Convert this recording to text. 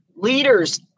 leaders